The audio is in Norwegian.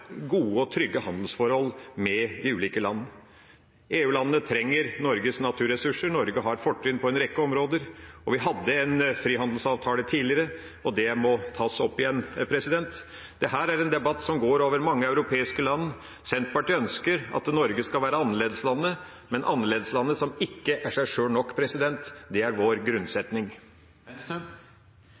gode og trygge handelsforhold med de ulike land. EU-landene trenger Norges naturressurser, og Norge har fortrinn på en rekke områder. Vi hadde en frihandelsavtale tidligere, og den må tas opp igjen. Dette er en debatt som går i mange europeiske land. Senterpartiet ønsker at Norge skal være annerledeslandet, men annerledeslandet som ikke er seg sjøl nok, er vår grunnsetning.